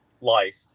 life